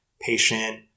patient